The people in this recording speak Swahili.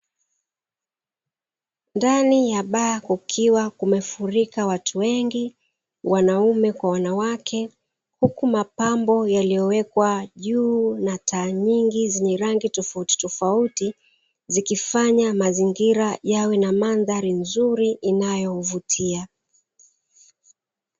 Ndani ya baa kukiwa kumefurika watu wengi wanaume kwa wanawake, huku mapambo yaliyowekwa juu na taa nyingi zenye rangi tofautitofauti zikifanya mandhari yawe na rangi ya kuvutia.